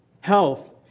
health